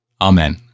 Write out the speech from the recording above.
amen